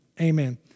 Amen